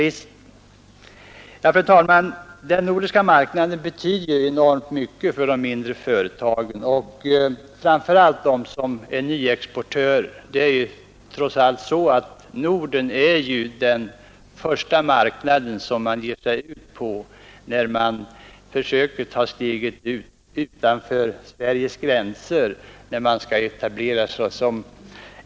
Den nordiska marknaden betyder enormt mycket för de mindre företagen, framför allt för dem som är nya som exportörer. Norden är ju den första marknad man ger sig ut på, när man försöker ta steget utanför Sveriges gränser.